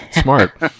Smart